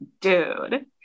dude